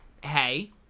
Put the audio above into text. hey